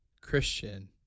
Christian